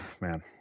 Man